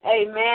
Amen